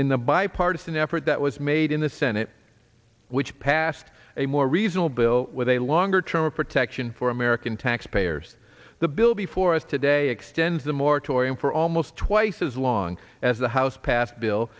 in the bipartisan effort that was made in the senate which passed a more reasonable bill with a longer term of protection for american taxpayers the bill before us today extends the moratorium for almost twice as long as the house passed bill